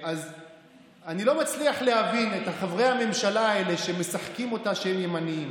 אני לא מצליח להבין את חברי הממשלה האלה שמשחקים אותה שהם ימנים.